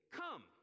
come